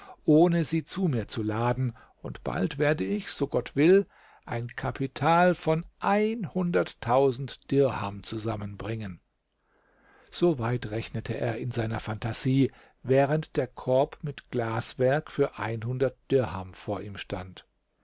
ohne sie zu mir zu laden und bald werde ich so gott will ein kapital von dirham zusammenbringen so weit rechnete er in seiner phantasie während der korb mit glaswerk für dirham vor ihm stand